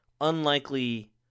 unlikely